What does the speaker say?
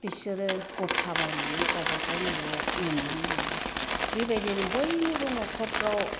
बिसोरो गथा बायनानै गावबागाव न'वाव इयुननानै लायो बेबायदिनो बयनिबो नखरफ्राव